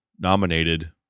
nominated